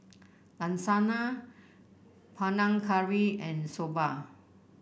Lasagne Panang Curry and Soba